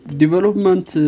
development